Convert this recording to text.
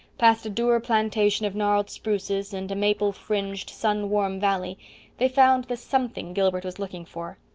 past a dour plantation of gnarled spruces and a maple-fringed, sun-warm valley they found the something gilbert was looking for.